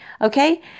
Okay